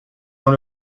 dans